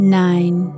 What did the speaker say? nine